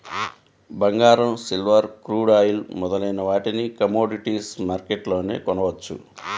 బంగారం, silver, crude oil మొదలైన వాటిని కమోడిటీస్ మార్కెట్లోనే కొనవచ్చు